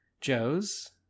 Joes